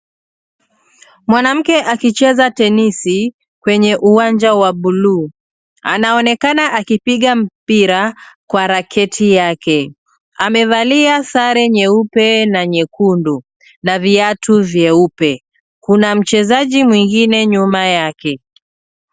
Mwanamke akicheza tenisi kwenye uwanja wa buluu. Anaonekana akipiga mpira kwa raketi yake. Amevalia sare nyeupe na nyekundu na vatu vyeupe. Kuna mchezaji mwingine nyuma yake.